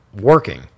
working